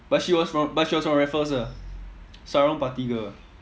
but she was from but she was from raffles ah sarung party girl ah